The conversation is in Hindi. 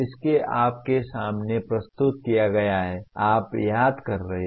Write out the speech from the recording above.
इसे आपके सामने प्रस्तुत किया गया है आप याद कर रहे हैं